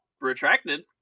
retracted